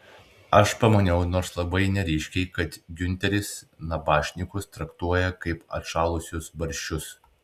aš pamaniau nors labai neryškiai kad giunteris nabašnikus traktuoja kaip atšalusius barščius